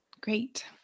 Great